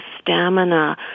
stamina